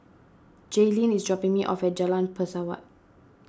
Jaylin is dropping me off at Jalan Pesawat